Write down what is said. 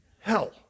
Hell